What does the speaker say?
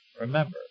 Remember